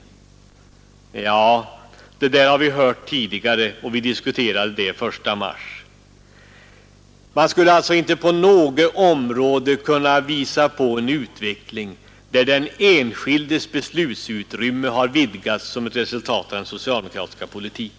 Ja, det där har vi hört tidigare, och vi diskuterade det senast den 1 mars.